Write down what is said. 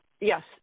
yes